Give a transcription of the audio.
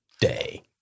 day